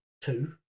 two